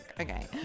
Okay